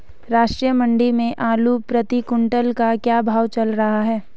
राष्ट्रीय मंडी में आलू प्रति कुन्तल का क्या भाव चल रहा है?